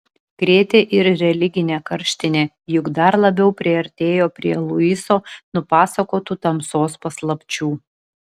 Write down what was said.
krėtė ir religinė karštinė juk dar labiau priartėjo prie luiso nupasakotų tamsos paslapčių